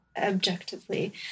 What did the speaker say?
objectively